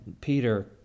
Peter